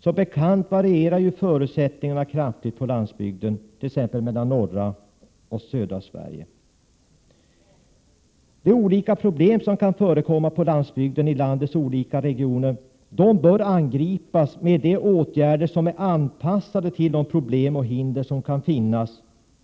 Som bekant varierar ju förutsättningarna kraftigt på landsbygden mellan t.ex. norra och södra Sverige. De olika problem som kan förekomma på landsbygden i landets olika regioner bör angripas med åtgärder som är anpassade till de lokala problem och hinder som kan finnas